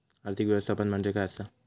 आर्थिक व्यवस्थापन म्हणजे काय असा?